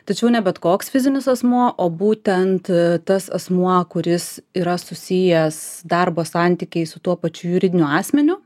tačiau ne bet koks fizinis asmuo o būtent tas asmuo kuris yra susijęs darbo santykiais su tuo pačiu juridiniu asmeniu